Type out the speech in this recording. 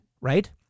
right